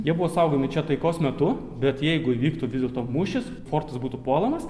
jie buvo saugomi čia taikos metu bet jeigu įvyktų vis dėlto mūšis fortas būtų puolamas